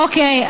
אוקיי.